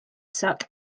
suck